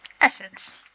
essence